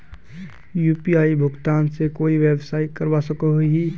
UPI भुगतान से कोई व्यवसाय करवा सकोहो ही?